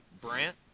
Brant